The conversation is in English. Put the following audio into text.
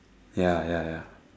ya ya ya